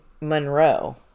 Monroe